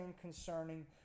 concerning